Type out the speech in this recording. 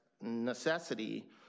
necessity